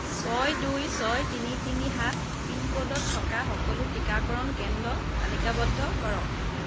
ছয় দুই ছয় তিনি তিনি সাত পিনক'ডত থকা সকলো টীকাকৰণ কেন্দ্ৰ তালিকাবদ্ধ কৰক